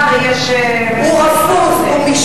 יש תמיכה, ויש, הוא רפוס, הוא מושפל.